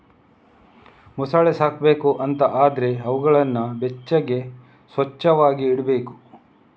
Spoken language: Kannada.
ಮೊಸಳೆ ಸಾಕ್ಬೇಕು ಅಂತ ಆದ್ರೆ ಅವುಗಳನ್ನ ಬೆಚ್ಚಗೆ, ಸ್ವಚ್ಚವಾಗಿ ಇಡ್ಬೇಕು